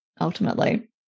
ultimately